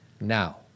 Now